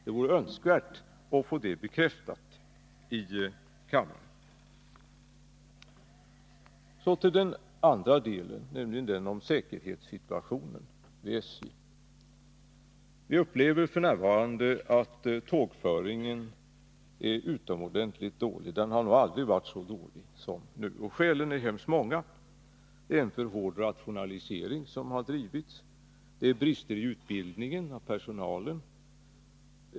Det vore önskvärt att få ett svar här i kammaren. Så går jag över till den andra delen av min fråga, säkerhetssituationen vid SJ. Vi upplever f. n. att tågföringen är utomordentligt dålig. Den har nog aldrig varit så dålig som nu. Skälen är väldigt många till det. Det är en för hård rationalisering som har drivits. Det är brister i utbildningen av personalen.